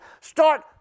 start